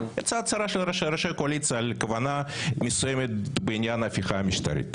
יצאה הצהרה של ראשי הקואליציה על כוונה מסוימת בעניין ההפיכה המשטרית.